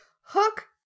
Hook